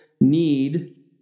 need